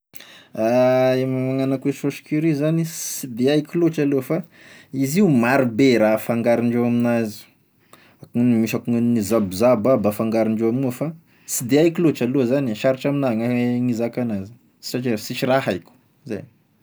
Raha magnano akoa e saosy curry zany, sy de aiko loatry aloha fa izy io marobe raha afangaron-dreo amin'azy, misy akonany zabozabo aby afangaron-dreo amign'io ao fa sy de aiko loatra aloha zany, sarotry amigan'ahy gn'hizaka azy satria sisy raha aiko, zay e.